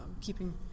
keeping